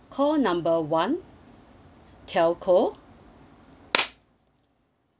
call number [one] telco